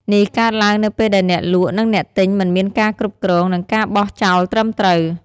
នេះកើតឡើងនៅពេលដែលអ្នកលក់ និងអ្នកទិញមិនមានការគ្រប់គ្រង និងការបោះចោលត្រឹមត្រូវ។